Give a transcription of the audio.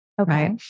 Okay